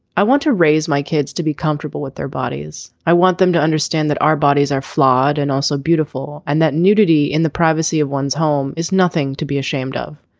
i want to raise my kids to be comfortable with their bodies. i want them to understand that our bodies are flawed and also beautiful and that nudity in the privacy of one's home is nothing to be ashamed of.